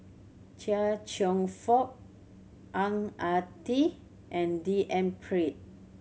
Chia Cheong Fook Ang Ah Tee and D N Pritt